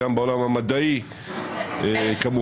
גם בעולם המדעי,